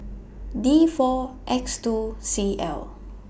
D four X two C L